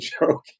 joke